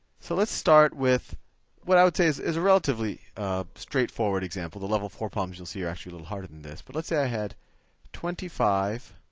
so let's start with what i would say is is a relatively straightforward example. the level four problems you'll see are actually a little harder than this. but let's say i had twenty five